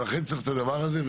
לכן, צריך את הדבר הזה.